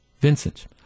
Vincent